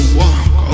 walk